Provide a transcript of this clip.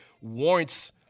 warrants